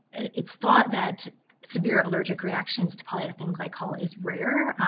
is thought that severe allergic reaction to polyethylene glycol is rare.